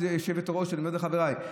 היושבת-ראש ואני אומר לחבריי: